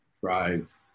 drive